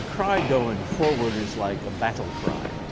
cry going forward is like a battle cry.